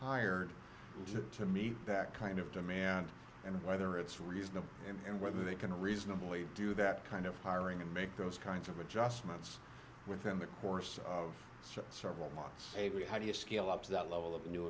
hired to meet back kind of demand and whether it's reasonable and whether they can reasonably do that kind of hiring and make those kinds of adjustments within the course of several months a b how do you scale up to that level of new